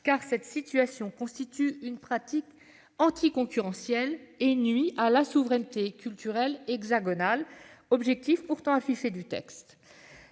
car cette situation constitue une pratique anticoncurrentielle et nuit à la souveraineté culturelle hexagonale, objectif pourtant affiché du texte.